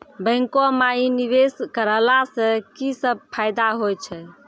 बैंको माई निवेश कराला से की सब फ़ायदा हो छै?